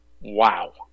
Wow